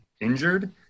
injured